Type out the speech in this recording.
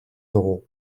d’euros